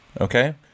okay